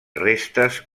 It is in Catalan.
restes